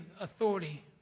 authority